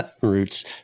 Roots